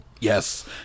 Yes